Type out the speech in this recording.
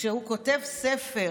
שהוא כותב ספר